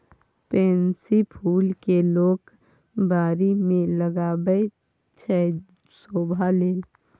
pansy फुल केँ लोक बारी मे लगाबै छै शोभा लेल